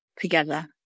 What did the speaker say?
together